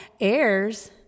heirs